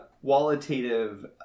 qualitative